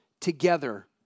together